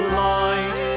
light